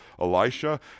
Elisha